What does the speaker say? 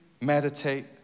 meditate